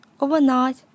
Overnight